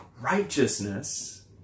righteousness